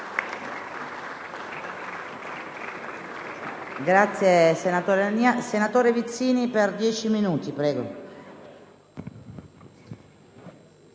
Grazie